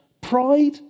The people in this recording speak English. pride